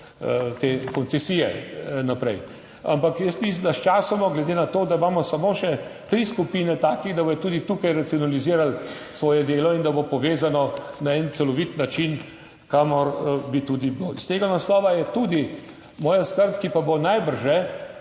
te koncesije naprej. Ampak jaz mislim, da s časoma, glede na to, da imamo samo še tri skupine takih, da bodo tudi tukaj racionalizirali svoje delo in da bo povezano na en celovit način, kamor bi tudi bilo. Iz tega naslova je tudi moja skrb, ki pa bo najbrž